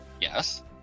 Yes